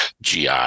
GI